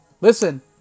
Listen